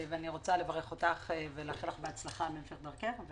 ואני רוצה לברך אותך ולאחל לך בהצלחה בהמשך דרכך.